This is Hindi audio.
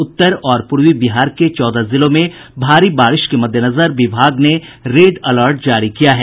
उत्तर और पूर्वी बिहार के चौदह जिलों में भारी बारिश के मद्देनजर विभाग ने रेड अलर्ट जारी किया है